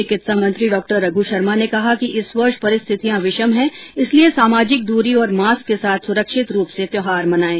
चिकित्सा मंत्री डॉ रघु शर्मा ने कहा कि इस वर्ष परिस्थितियां विषम हैं इसलिए सामाजिक दूरी और मास्क के साथ सुरक्षित रूप से त्यौहार मनाएं